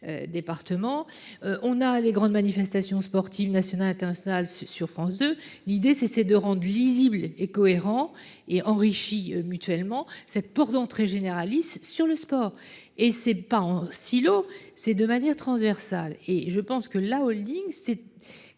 Départements. On a les grandes manifestations sportives nationales, internationales, c'est sûr. L'idée c'est, c'est de rendre lisible et cohérent et enrichit mutuellement cette porte d'entrée généraliste sur le sport et c'est pas en stylo c'est de manière transversale et je pense que la Holding c'est